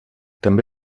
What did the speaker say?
també